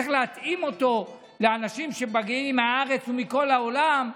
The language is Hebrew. צריך להתאים אותו לאנשים שמגיעים מהארץ ומכל העולם.